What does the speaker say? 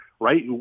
right